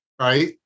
Right